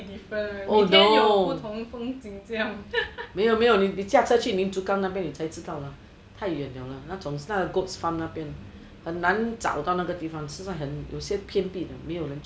oh no 没有没有你驾车去 lim chu kang 那边你才知道啦太远了那种 goat's farm 那边很难找到那个地方是在很偏僻的没有人去